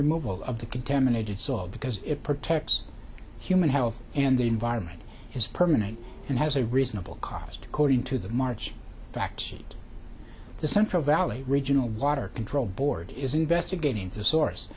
removal of the contaminated soil because it protects human health and the environment is permanent and has a reasonable cost according to the march back to the central valley regional water control board is investigating the source